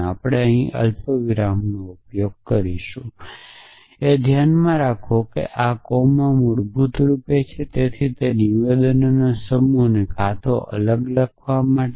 અને તેથી આપણે અહીં અલ્પવિરામનો ઉપયોગ પણ કરીશું તે ધ્યાનમાં રાખીને કે આ કોમા મૂળભૂત રૂપે છે અને તેથી તે જ નિવેદનોનો સમૂહ કાં તો અલગ લખવા માટે